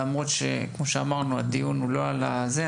למרות שכמו שאמרנו, הדיון הוא לא על זה.